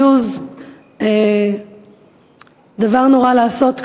abuse זה דבר נורא לעשות,